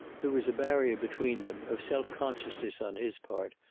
there was a barrier between them, of self-consciousness on his part,